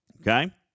Okay